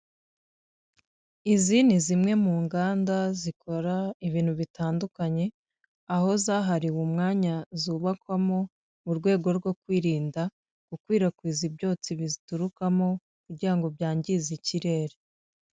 Izi ni zimwe mu nganda zikora ibintu bitandukanye, aho zahariwe umwanya zubakwamo mu rwego rwo kwirinda gukwirakwiza ibyotsi biturukamo, kugira ngo byangize ikirere.